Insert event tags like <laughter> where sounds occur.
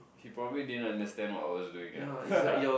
she probably didn't understand what I was doing ah <laughs>